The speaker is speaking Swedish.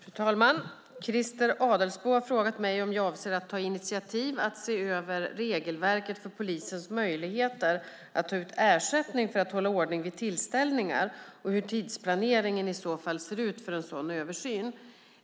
Fru talman! Christer Adelsbo har frågat mig om jag avser att ta initiativ till att se över regelverket för polisens möjlighet att ta ut ersättning för att hålla ordning vid tillställningar och hur tidsplaneringen i så fall ser ut för en sådan översyn.